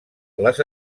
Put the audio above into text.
les